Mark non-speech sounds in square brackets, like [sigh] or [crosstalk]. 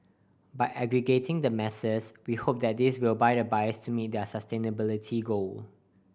by aggregating the masses we hope that this will [unintelligible] the buyers to meet their sustainability goal